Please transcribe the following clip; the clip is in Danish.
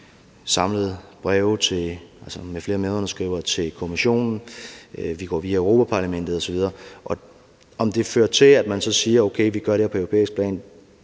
med breve med flere medunderskrivere til Kommissionen, og vi går via Europa-Parlamentet osv. Om det fører til, at man så siger, at vi skal gøre det her på europæisk plan,